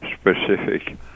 specific